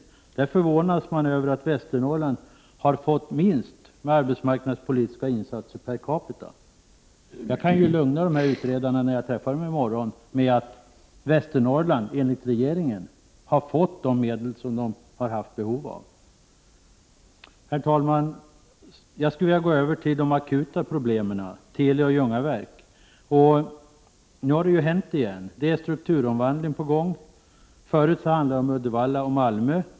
I den förvånas man av att Västernorrland har fått minst med arbetsmarknadspolitiska insatser per capita. Jag kan nu lugna utredarna, när jag träffar dem i morgon, med att Västernorrland enligt regeringen har fått de medel som det har funnits behov av. Herr talman! Jag skulle vilja gå över till de akuta problemen, Teli och Ljungaverk. Nu har det alltså hänt igen. Det är strukturomvandling på gång. Förut handlade det om Uddevalla och Malmö.